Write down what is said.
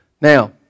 Now